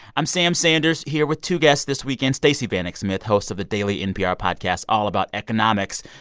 i'm sam sanders, here with two guests this weekend stacey vanek smith, host of the daily npr podcast all about economics,